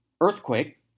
earthquake —